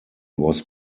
was